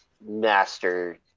master